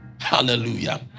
Hallelujah